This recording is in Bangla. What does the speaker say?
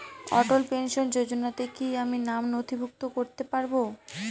অটল পেনশন যোজনাতে কি আমি নাম নথিভুক্ত করতে পারবো?